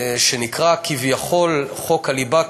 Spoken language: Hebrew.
שנקרא כביכול חוק הליבה,